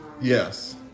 Yes